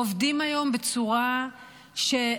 עובדים היום בצורה של,